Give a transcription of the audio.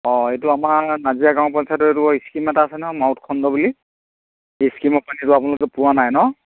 অঁ এইটো আমাৰ নাজিৰা গাঁও পঞ্চায়তত এইটো স্কিম এটা আছে ন মাউৎখণ্ড বুলি এই স্কিমৰ পানীটো আপোনালোকে পোৱা নাই ন